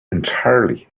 entirely